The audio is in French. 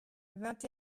vingt